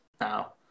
now